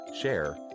share